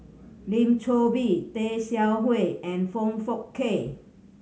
Lim Chor Pee Tay Seow Huah and Foong Fook Kay